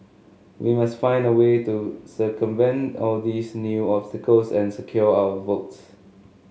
we must find a way to circumvent all these new obstacles and secure our votes